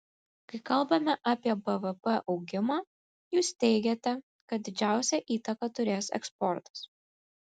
kai kalbame apie bvp augimą jūs teigiate kad didžiausią įtaką turės eksportas